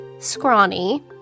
scrawny